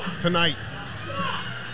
tonight